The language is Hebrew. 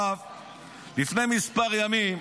לפני כמה ימים,